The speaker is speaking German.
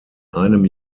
einem